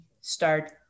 start